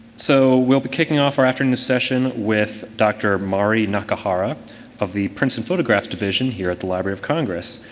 so, we'll be kicking off our afternoon session with dr. mari nakahara of the prints and photograph division here at the library of congress.